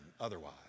otherwise